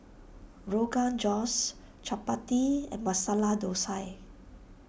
Rogan Josh Chapati and Masala Dosa